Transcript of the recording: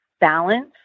balance